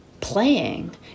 playing